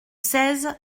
seize